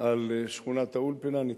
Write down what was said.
על שכונת-האולפנה נדחתה,